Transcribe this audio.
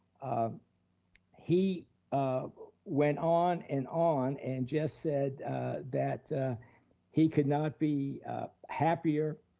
ah he um went on and on and just said that he could not be happier